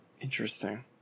interesting